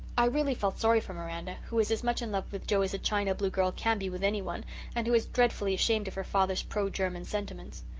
i really felt sorry for miranda who is as much in love with joe as a china-blue girl can be with anyone and who is dreadfully ashamed of her father's pro-german sentiments.